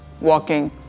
walking